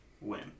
win